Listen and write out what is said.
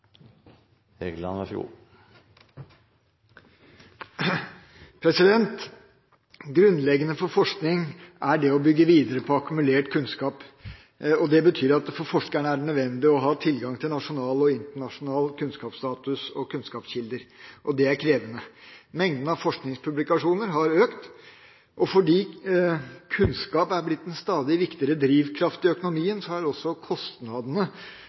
forskningslignende programmer så viktige for å stimulere barn og unges utforskertrang i ung alder. Derfor er det en blå tråd mellom toppkompetente lærere og toppforskere i fremtiden. Grunnleggende for forskning er det å bygge videre på akkumulert kunnskap. Det betyr at det for forskeren er nødvendig å ha tilgang til nasjonal og internasjonal kunnskapsstatus samt kunnskapskilder – og det er krevende. Mengden av forskningspublikasjoner har økt, og fordi